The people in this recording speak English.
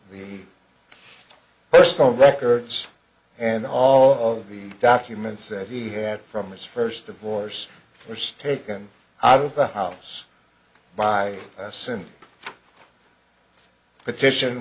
the personal records and all of the documents that he had from his first divorce first taken out of the house by since petition